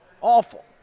Awful